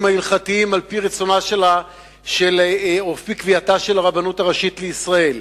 ההלכתיים על-פי רצונה או על-פי קביעתה של הרבנות הראשית לישראל,